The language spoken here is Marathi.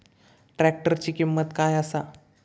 ट्रॅक्टराची किंमत काय आसा?